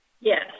Yes